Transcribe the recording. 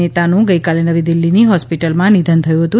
નેતાનું ગઈકાલે નવીદિલ્ફીની હોસ્પિટલમાં નિધન થયું હતું